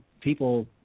people